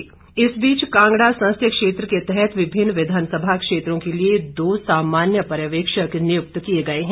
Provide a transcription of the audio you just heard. चुनाव प्रबंध इस बीच कांगड़ा संसदीय क्षेत्र के तहत विभिन्न विधानसभा क्षेत्रों के लिए दो सामान्य पर्यवेक्षक नियुक्त किए हैं